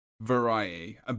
variety